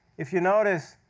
if you notice,